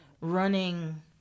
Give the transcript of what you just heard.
running